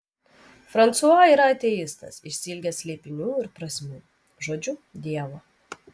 fransua yra ateistas išsiilgęs slėpinių ir prasmių žodžiu dievo